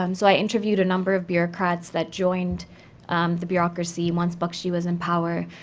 um so i interviewed a number of bureaucrats that joined the bureaucracy once bakshi was in power.